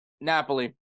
Napoli